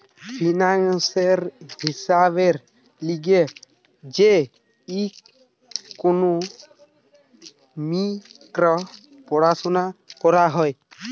ফিন্যান্সের হিসাবের লিগে যে ইকোনোমিক্স পড়াশুনা করা হয়